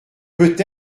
peut